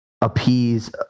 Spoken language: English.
appease